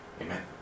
Amen